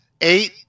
eight